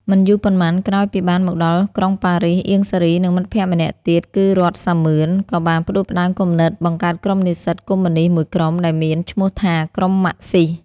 មិនយូរប៉ុន្មាន ក្រោយពីបានមកដល់ក្រុងប៉ារីស អៀង សារី និងមិត្តភ័ក្តិម្នាក់ទៀត គឺ រ័ត្ន សាមឿន ក៏បានផ្តួចផ្តើមគំនិតបង្កើតក្រុមនិស្សិតកុម្មុយនិស្តមួយក្រុម ដែលមានឈ្មោះថា “ក្រុមម៉ាក់ស៊ីស”។